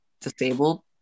disabled